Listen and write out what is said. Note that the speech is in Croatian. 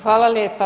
Hvala lijepa.